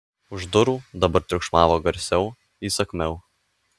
už durų dabar triukšmavo garsiau įsakmiau